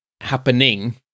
happening